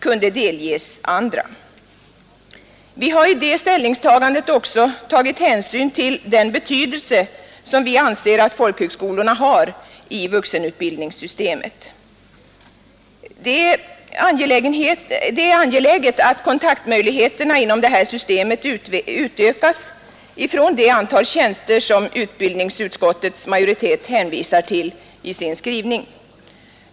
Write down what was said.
Vid detta ställningstagande har vi också tagit stor hänsyn till den betydelse vi anser att folkhögskolorna har i vuxenutbildningssystemet. Det är angeläget att kontaktmöjligheterna inom detta system utökas från det antal tjänster som utbildningsutskottets majoritet hänvisar till i sin skrivning.